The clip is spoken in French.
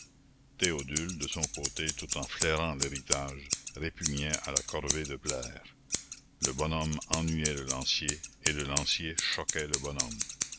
théodule de son côté tout en flairant l'héritage répugnait à la corvée de plaire le bonhomme ennuyait le lancier et le lancier choquait le bonhomme